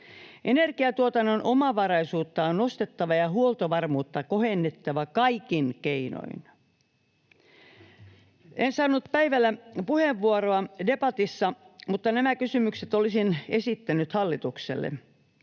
Energiantuotannon omavaraisuutta on nostettava ja huoltovarmuutta kohennettava kaikin keinoin. En saanut päivällä puheenvuoroa debatissa, mutta nämä kysymykset olisin esittänyt hallitukselle: